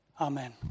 Amen